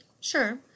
Sure